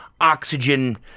oxygen